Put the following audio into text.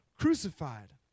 crucified